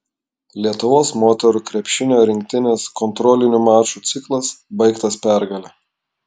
lietuvos moterų krepšinio rinktinės kontrolinių mačų ciklas baigtas pergale